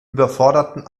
überforderten